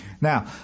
Now